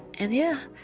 and yeah,